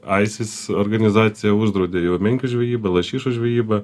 isis organizacija uždraudė jau menkių žvejybą lašišų žvejyba